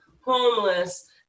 homeless